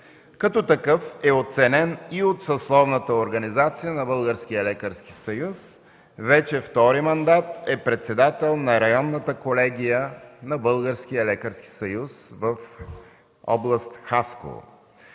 Като такъв е оценен и от съсловната организация на Българския лекарски съюз. Вече втори мандат е председател на Районната колегия на Българския лекарски съюз в област Хасково.